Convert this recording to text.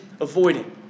avoiding